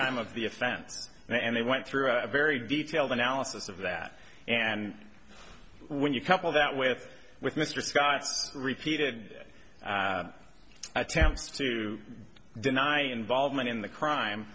time of the offense and they went through a very detailed analysis of that and when you couple that with with mr scott's repeated attempts to deny involvement in the crime